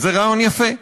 וזה רעיון יפה.